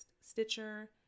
Stitcher